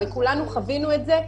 וכולנו חווינו את זה,